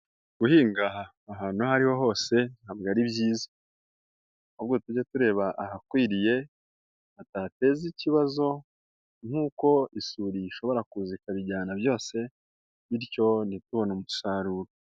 Guhinga ahantu aho ari ho hose ntabwo ari byiza ahubwo tujye tureba ahakwiriye hatateza ikibazo nk'uko isuri ishobora kuza ikabijyana byose bityo ntitubone umusaruro.